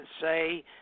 say